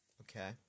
Okay